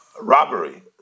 robbery